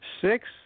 Six